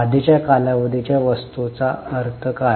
आधीच्या कालावधी च्या वस्तूचा अर्थ काय